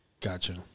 Gotcha